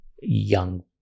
young